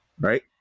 right